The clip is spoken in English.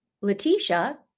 Letitia